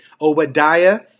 Obadiah